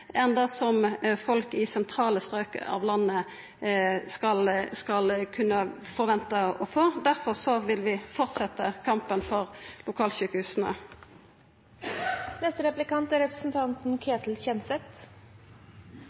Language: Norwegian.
ein dårlegare kvalitet enn det som folk i sentrale strok av landet skal kunna forventa å få. Difor vil vi fortsetja kampen for lokalsjukehusa. I Oppland framstår Senterpartiet som det partiet som er